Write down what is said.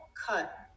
cut